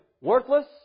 worthless